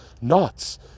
Nuts